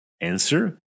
answer